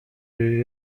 jej